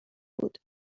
بود